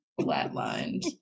flatlined